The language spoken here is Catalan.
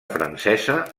francesa